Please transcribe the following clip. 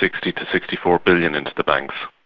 sixty to sixty four billion into the banks.